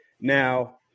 now